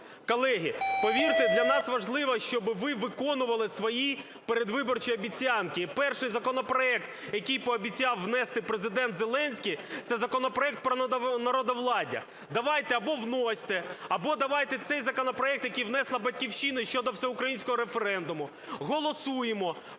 Колеги, повірте, для нас важливо, щоби ви виконували свої передвиборчі обіцянки. Перший законопроект, який пообіцяв внести Президент Зеленський – це законопроект про народовладдя. Давайте або вносьте, або давайте цей законопроект, який внесла "Батьківщина" щодо всеукраїнського референдуму, голосуємо,